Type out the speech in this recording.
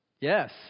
Yes